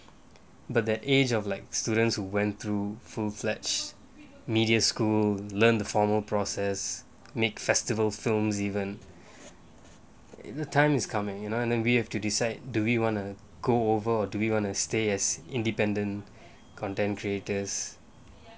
but the age of like students who went through full fledged media school learn the formal process make festival films even if the time is coming you know and then we have to decide do we want to go over or do we want to stay as independent content creators